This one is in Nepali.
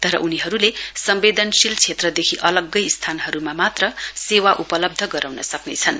तर उनीहरुले सम्वेदनशील क्षेत्रदेखि अलग्गै स्थानहरुमा मात्र सेवा उपलब्ध गराउन सक्नेछन्